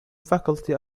faculty